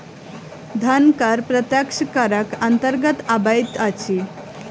धन कर प्रत्यक्ष करक अन्तर्गत अबैत अछि